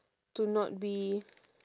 to not be